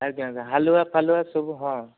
ଆଜ୍ଞା ଆଜ୍ଞା ହାଲୁଆ ଫାଲୁଆ ସବୁ ହଁ